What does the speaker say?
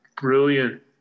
brilliant